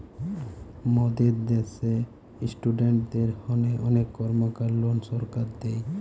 মোদের দ্যাশে ইস্টুডেন্টদের হোনে অনেক কর্মকার লোন সরকার দেয়